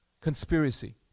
Conspiracy